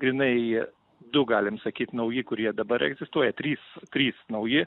grynai du galim sakyt nauji kurie dabar egzistuoja trys trys nauji